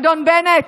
אדון בנט,